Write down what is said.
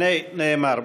הנה, נאמר.